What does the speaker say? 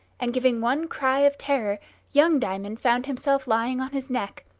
and giving one cry of terror young diamond found himself lying on his neck,